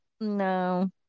No